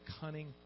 cunning